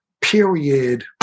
period